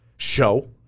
show